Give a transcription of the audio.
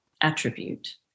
attribute